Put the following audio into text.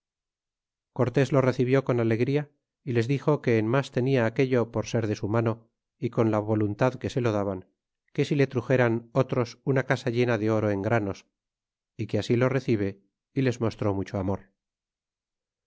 cortes lo recibió con alegría y les dixo que en mas tenia aquello por ser de su mano y con la voluntad que se lo daban que si le truxeran otros una casa llena de oro en granos y que así lo recibe y les mostró mucho amor